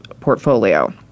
portfolio